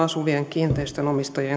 kiinteistönomistajien